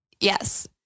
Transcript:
Yes